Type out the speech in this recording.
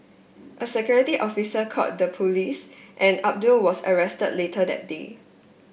a security officer called the police and Abdul was arrested later that day